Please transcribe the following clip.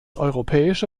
europäische